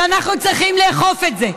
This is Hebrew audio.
שאנחנו צריכים לאכוף את זה.